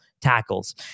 tackles